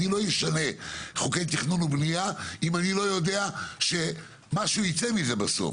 אני לא אשנה חוקי תכנון ובנייה אם אני לא יודע שמשהו ייצא מזה בסוף.